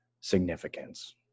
significance